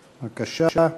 בבקשה.